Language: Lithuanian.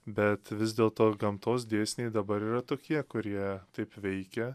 bet vis dėlto gamtos dėsniai dabar yra tokie kurie taip veikia